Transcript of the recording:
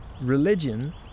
religion